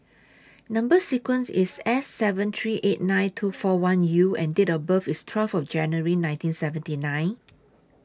Number sequence IS S seven three eight nine two four one U and Date of birth IS twelfth of January nineteen seventy nine